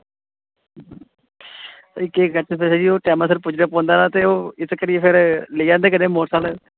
ते केह् करचै जी ओह् टैमें दे सर पुज्जना पौंदा ते ओह् कन्नै फिर लेई जंदे मोटर सैकल